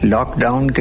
Lockdown